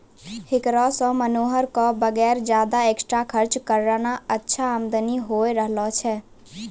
हेकरा सॅ मनोहर कॅ वगैर ज्यादा एक्स्ट्रा खर्च करनॅ अच्छा आमदनी होय रहलो छै